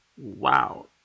Wow